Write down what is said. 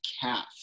calf